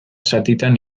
zatitan